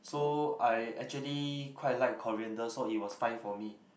so I actually quite like coriander so it was fine for me